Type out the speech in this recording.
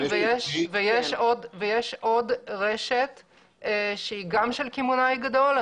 ויש עוד רשת שהיא גם של קמעונאי גדול.